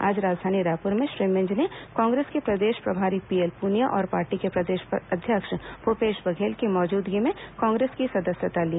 आज राजधानी रायपुर में श्री मिंज ने कांग्रेस के प्रदेश प्रभारी पीएल पुनिया और पार्टी के प्रदेश अध्यक्ष भूपेश बघेल की मौजूदगी में कांग्रेस की सदस्यता ली